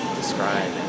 describe